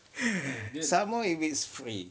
some more if it's free